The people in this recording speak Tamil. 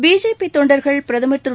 பிஜேபி தொண்டர்கள் பிரதமர் திரு